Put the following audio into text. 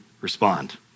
respond